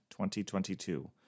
2022